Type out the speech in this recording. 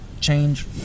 change